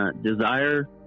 desire